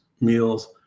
meals